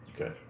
Okay